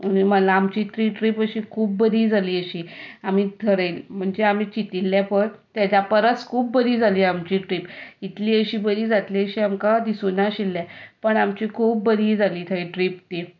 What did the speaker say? आमची ती ट्रीप खूब बरी जाली अशी आमी थरयल्लें म्हणचें आमी चिंतिल्लें पळय ताज्या परस खूब बरी जाली आमची ट्रीप इतली अशी बरी जातली अशें आमकां दिसूंक नाशिल्लें पूण आमची खूब बरी जाली थंय ट्रीप ती